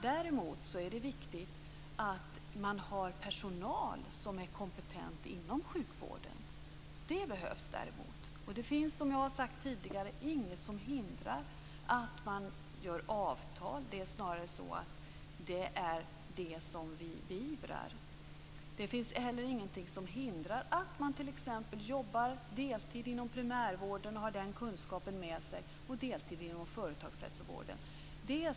Däremot är det viktigt att man har personal som är kompetent inom sjukvården. Det behövs däremot. Det finns, som jag har sagt tidigare, inget som hindrar att man träffar avtal. Det är snarare något som vi ivrar för. Det finns heller inte några hinder för att man t.ex. jobbar deltid inom primärvården och med sin kunskap därifrån också arbetar deltid inom företagshälsovården.